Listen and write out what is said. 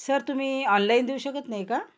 sir तुम्ही online देऊ शकत नाही का